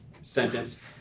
sentence